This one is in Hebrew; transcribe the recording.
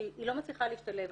שהיא לא מצליחה להשתלב.